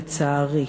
לצערי.